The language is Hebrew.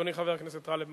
חבר הכנסת גאלב מג'אדלה,